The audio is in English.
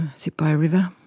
sit by a river.